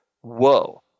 whoa